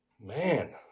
Man